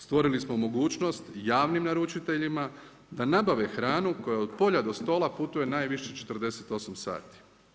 Stvorili smo mogućnost javnim naručiteljima da nabave hranu koja od polja do stola putuje najviše 48 sati.